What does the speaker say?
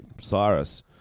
Cyrus